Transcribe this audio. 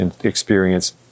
experience